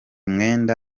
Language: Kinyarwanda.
mwenda